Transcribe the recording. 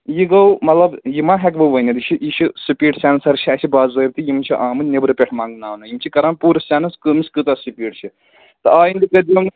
یہِ گوٚو مطلب یہِ ما ہٮ۪کہٕ بہٕ ؤنِتھ یہِ چھُ یہِ چھِ سُپیٖڈ سیٚنسر چھِ اَسہِ باضٲبطہٕ یِم چھِ آمٕتۍ نیٚبرٕ پٮ۪ٹھٕ منٛگناونہٕ یِم چھِ کَران پوٗرٕ سٮ۪نٕس کٔمِس کۭژاہ سُپیٖڈ چھِ تہٕ آیِنٛدٕ کٔرۍزیوٚ